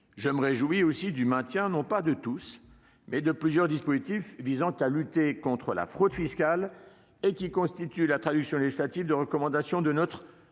Je me réjouis aussi du maintien, non pas de tous, mais de plusieurs dispositifs visant à lutter contre la fraude fiscale, qui constituent la traduction législative de recommandations issues